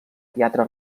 teatre